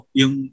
yung